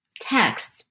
texts